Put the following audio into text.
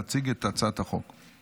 להציג את הצעת החוק.